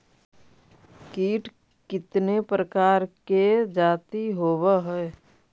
कीट कीतने प्रकार के जाती होबहय?